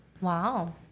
Wow